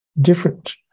different